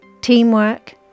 teamwork